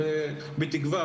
בתקווה,